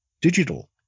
digital